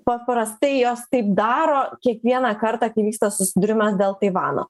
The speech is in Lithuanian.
paprastai jos taip daro kiekvieną kartą kai įvyksta susidūrimas dėl taivano